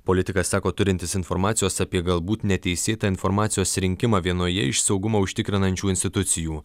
politikas sako turintis informacijos apie galbūt neteisėtą informacijos rinkimą vienoje iš saugumą užtikrinančių institucijų